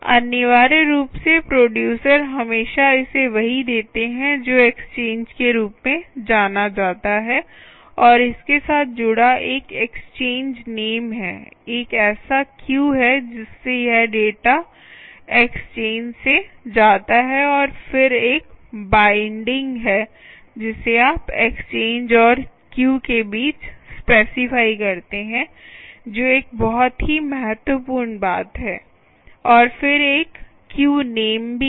अनिवार्य रूप से प्रोडयूसर हमेशा इसे वही देते हैं जो एक्सचेंज के रूप में जाना जाता है और इसके साथ जुड़ा एक एक्सचेंज नेम है एक ऐसा क्यू है जिससे यह डेटा एक्सचेंज से जाता है और फिर एक बाईंडिंग है जिसे आप एक्सचेंज और क्यू के बीच स्पेसिफाई करते हैं जो एक बहुत ही महत्वपूर्ण बात है और फिर एक क्यू नेम भी है